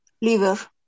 Liver